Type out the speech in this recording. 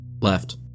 Left